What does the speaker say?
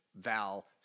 Val